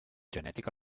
genètica